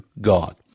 God